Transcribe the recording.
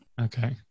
Okay